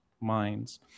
minds